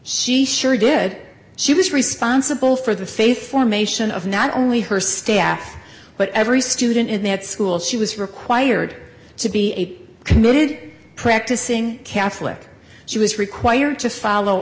she sure did she was responsible for the faith formation of not only her staff but every student in that school she was required to be a committed practicing catholic she was required to follow